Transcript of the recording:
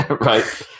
Right